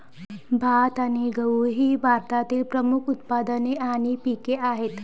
भात आणि गहू ही भारतातील प्रमुख उत्पादने आणि पिके आहेत